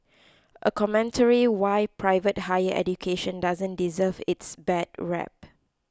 a commentary why private higher education doesn't deserve its bad rep